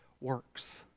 works